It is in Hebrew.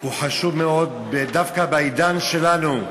הוא חשוב מאוד, ודווקא בעידן שלנו,